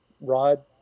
rod